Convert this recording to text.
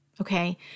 okay